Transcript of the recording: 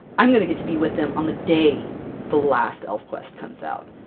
i'm gonna get to be with them on the day the last elfquest comes out!